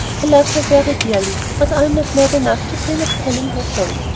i love her very dearly, but i am not mad enough to dream of telling her so.